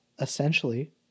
essentially